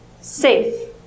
Safe